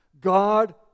God